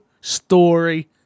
story